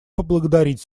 поблагодарить